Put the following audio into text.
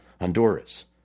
Honduras